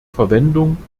verwendung